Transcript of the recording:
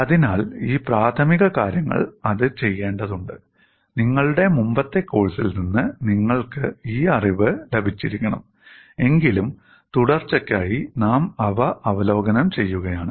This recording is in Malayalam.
അതിനാൽ ഈ പ്രാഥമികകാര്യങ്ങൾ അത് ചെയ്യേണ്ടതുണ്ട് നിങ്ങളുടെ മുമ്പത്തെ കോഴ്സിൽ നിന്ന് നിങ്ങൾക്ക് ഈ അറിവ് ലഭിച്ചിരിക്കണം എങ്കിലും തുടർച്ചയ്ക്കായി നാം അവ അവലോകനം ചെയ്യുകയാണ്